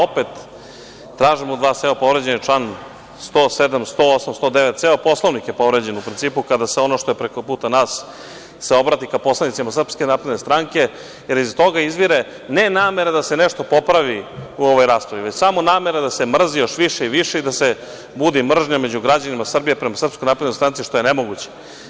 Opet tražim od vas, evo, povređen je član 107, 108. i 109. ceo Poslovnik je povređen u principu kada se ono što je preko puta nas se obrati prema poslanicima SNS, jer iz toga izvire ne namera da se nešto popravi u ovoj raspravi već samo namera da se mrzi još više i više i da se bude mržnja među građanima Srbija, prema SNS što je nemoguće.